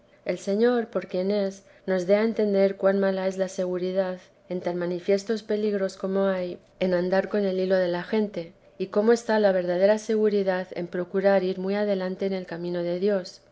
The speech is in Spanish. el señor por quien es nos dé a entender cuan mala es la seguridad en tan manifiestos peligros como hay en andar cun el hilo de la gente y cómo está la verdadera seguridad en procurar ir muy adelante en el camino de dios